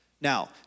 Now